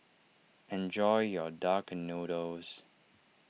enjoy your Duck Noodles